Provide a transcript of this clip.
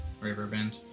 Riverbend